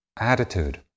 attitude